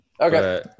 Okay